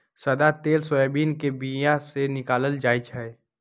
सदा तेल सोयाबीन के बीया से निकालल जाइ छै